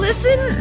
Listen